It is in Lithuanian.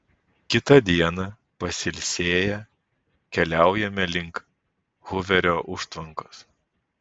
kitą dieną pasiilsėję keliaujame link huverio užtvankos